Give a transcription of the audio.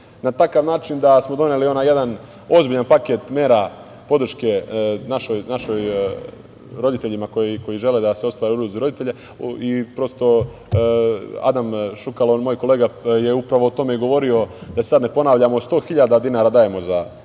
Na takav način da smo doneli onaj jedan ozbiljan paket mera podrške roditeljima koji žele da se ostvare u ulozi roditelja. Adam Šukalo, moj kolega, upravo je o tome i govorio, da se sada ne ponavljamo. Dakle, 100.000 dinara dajemo za prvo dete.